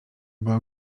była